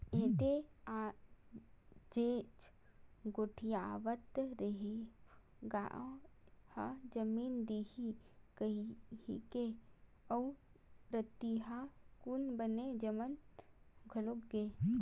एदे आजेच गोठियावत रेहेंव गाय ह जमन दिही कहिकी अउ रतिहा कुन बने जमन घलो गे